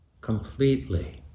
completely